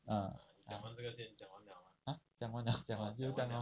ah ah !huh! 讲完了 就是这样 lor